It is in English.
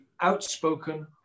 outspoken